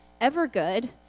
ever-good